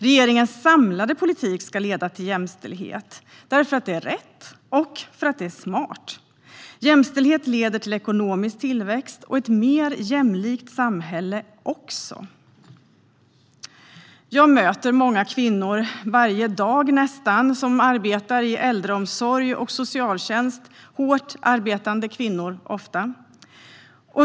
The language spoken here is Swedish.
Regeringens samlade politik ska leda till jämställdhet därför att det är rätt och smart. Jämställdhet leder till ekonomisk tillväxt och till ett mer jämlikt samhälle också. Jag möter många kvinnor nästan varje dag som arbetar i äldreomsorg och socialtjänst - ofta hårt arbetande kvinnor.